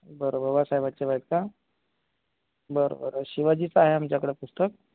बरं बाबासाहेबाचे पाहिजे आहेत का बरं बरं शिवाजीचं आहे आमच्याकडं पुस्तक